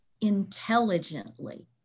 intelligently